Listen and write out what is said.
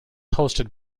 hosted